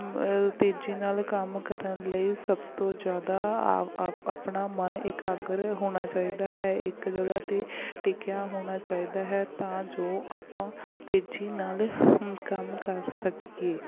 ਤੇਜ਼ੀ ਨਾਲ ਕੰਮ ਕਰਨ ਲਈ ਸਭ ਤੋਂ ਜ਼ਿਆਦਾ ਆਪ ਆਪਣਾ ਮਨ ਇਕਾਗਰ ਹੋਣਾ ਚਾਹੀਦਾ ਹੈ ਇੱਕ ਜਗ੍ਹਾ 'ਤੇ ਟਿਕਿਆ ਹੋਣਾ ਚਾਹੀਦਾ ਹੈ ਤਾਂ ਜੋ ਆਪਾਂ ਤੇਜ਼ੀ ਨਾਲ ਕੰਮ ਕਰ ਸਕੀਏ